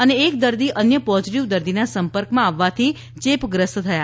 અને એક દર્દી અન્ય પોઝીટીવ દર્દીનાં સંપર્કમાં આવવાથી ચેપગ્રસ્ત થયા છે